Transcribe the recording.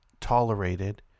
tolerated